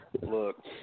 Look